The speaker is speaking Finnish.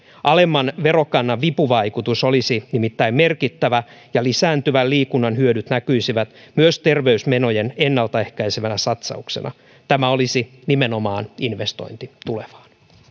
alemman verokannan vipuvaikutus olisi nimittäin merkittävä ja lisääntyvän liikunnan hyödyt näkyisivät myös terveysmenojen ennaltaehkäisevänä satsauksena tämä olisi nimenomaan investointi tulevaan